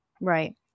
Right